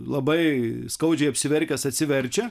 labai skaudžiai apsiverkęs atsiverčia